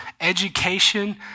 education